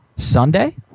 sunday